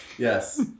Yes